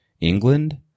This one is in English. England